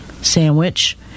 sandwich